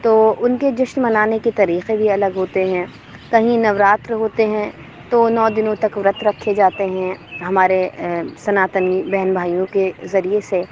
تو ان کے جشن منانے کے طریقے بھی الگ ہوتے ہیں کہیں نوراتر ہوتے ہیں تو نو دنوں تک ورت رکھے جاتے ہیں ہمارے سناتنی بہن بھائیوں کے ذریعے سے